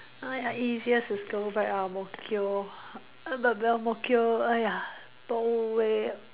!aiya! easiest is to go back Ang-Mo-Kio b~ but Ang-Mo-Kio !aiya! long way ah